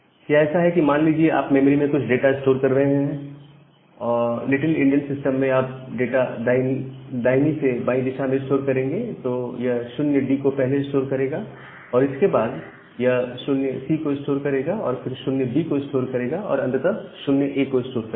यह ऐसा है कि मान लीजिए आप मेमोरी में कुछ डाटा स्टोर कर रहे हैं लिटिल इंडियन सिस्टम में आप डाटा दाहिनी से बाय दिशा में स्टोर करेंगे तो यह 0D को पहले स्टोर करेगा और इसके बाद यह 0C को स्टोर करेगा फिर 0B को स्टोर करेगा और अंततः 0A को स्टोर करेगा